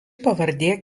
pavardė